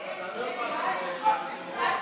(הפטר לחייב מוגבל באמצעים),